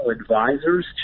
advisors